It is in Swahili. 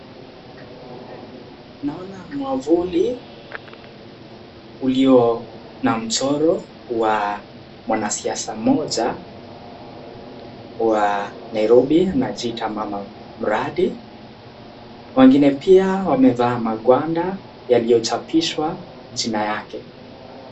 Naona mwavuli ulio na mchoro wa mwanasiasa mmoja wa Nairobi anajiita mama mrathi. Wengine pia wamevaa magwanda yaliyo chapishwa jina yake.